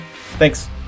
thanks